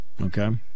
Okay